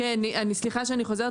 סליחה שאני חוזרת,